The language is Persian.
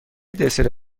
دسر